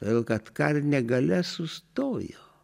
todėl kad karinė galia sustojo